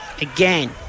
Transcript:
Again